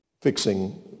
fixing